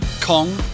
Kong